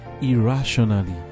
irrationally